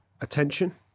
attention